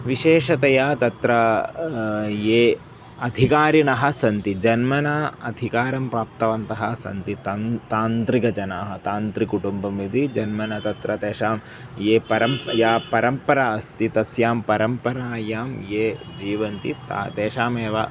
विशेषतया तत्र ये अधिकारिणः सन्ति जन्मना अधिकारं प्राप्तवन्तः सन्ति तान् तान्त्रिकजनाः तान्त्रिककुटुम्बम् इति जन्मना तत्र तेषां ये परम् या परम्परा अस्ति तस्यां परम्परायां ये जीवन्ति ताः तेषामेव